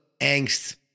angst